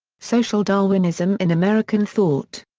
social darwinism in american thought.